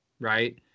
Right